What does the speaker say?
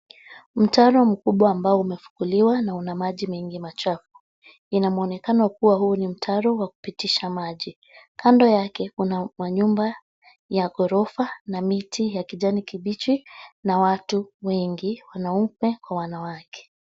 Mtaro mkubwa ambao umefukuliwa na una maji mengi machafu. Ina muonekano kuwa huu ni mtaro wa kupitisha maji. Kando yake kuna manyumba ya ghorofa na miti ya kijani kibichi na watu wengi wanaume kwa wanawake.